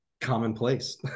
commonplace